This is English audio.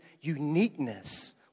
uniqueness